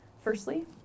Firstly